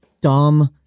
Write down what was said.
dumb